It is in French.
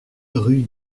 rue